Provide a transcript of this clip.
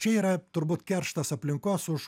čia yra turbūt kerštas aplinkos už